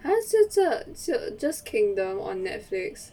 !huh! so just 就 just kingdom on Netflix